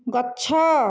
ଗଛ